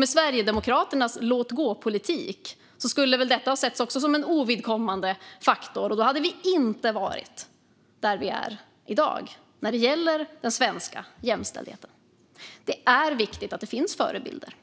Med Sverigedemokraternas låtgåpolitik skulle väl även detta ha setts som en ovidkommande faktor, och då hade vi inte varit där vi är i dag när det gäller den svenska jämställdheten. Det är viktigt att det finns förebilder.